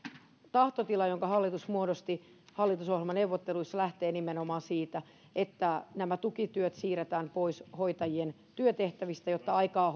tahtotila jonka hallitus muodosti hallitusohjelmaneuvotteluissa lähtee nimenomaan siitä että nämä tukityöt siirretään pois hoitajien työtehtävistä jotta aikaa